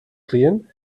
client